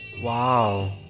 Wow